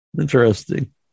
Interesting